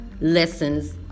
lessons